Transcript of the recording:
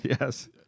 Yes